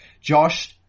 Josh